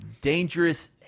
Dangerous